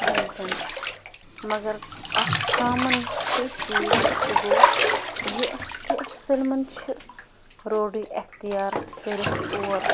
کِہیٖنۍ تہِ نہٕ مگر اَکھ کامَن چھِ چیٖز چھِ سُہ گوٚو یہِ کہِ سٲلمَن چھِ روڈٕے اختیار کٔرِتھ اور